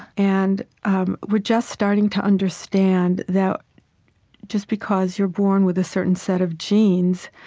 and um we're just starting to understand that just because you're born with a certain set of genes,